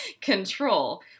control